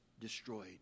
destroyed